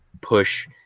push